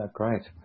great